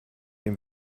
dem